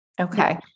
Okay